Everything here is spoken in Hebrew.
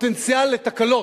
פוטנציאל לתקלות,